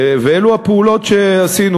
ואלה הפעולות שעשינו,